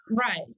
right